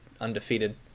undefeated